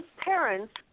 parents